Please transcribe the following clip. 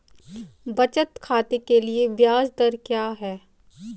बचत खाते के लिए ब्याज दर क्या है?